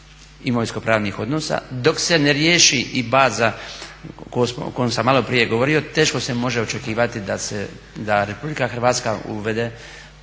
imovinsko-pravnih odnosa, dok se ne riješi i baza o kojem sam malo prije govorio teško se može očekivati da se, da Republika Hrvatska uvede